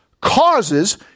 Causes